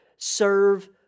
Serve